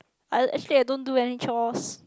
I actually I don't do any chores